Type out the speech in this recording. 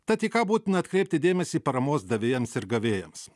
tad į ką būtina atkreipti dėmesį paramos davėjams ir gavėjams